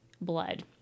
blood